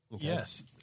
Yes